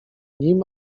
nim